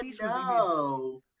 no